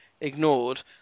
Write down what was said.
ignored